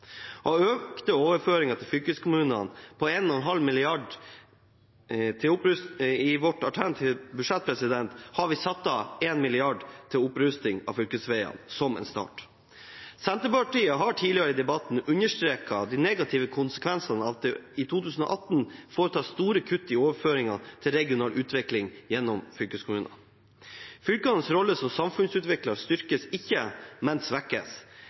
Av økte overføringer til fylkeskommunene på 1,5 mrd. kr i vårt alternative budsjett har vi satt av 1 mrd. kr til opprustning av fylkesveier – som en start. Senterpartiet har tidligere i debatten understreket de negative konsekvensene av at det i 2018 foretas store kutt i overføringene til regional utvikling gjennom fylkeskommunene. Fylkenes rolle som samfunnsutvikler styrkes ikke, men svekkes.